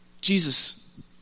Jesus